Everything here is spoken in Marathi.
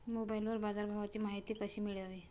मोबाइलवर बाजारभावाची माहिती कशी मिळवावी?